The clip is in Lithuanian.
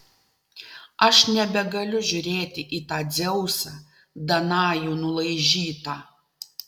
aš nebegaliu žiūrėti į tą dzeusą danajų nulaižytą